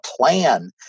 plan